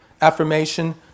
affirmation